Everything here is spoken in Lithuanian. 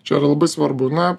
čia yra labai svarbu na